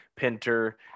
Pinter